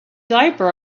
diaper